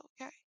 okay